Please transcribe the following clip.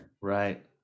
right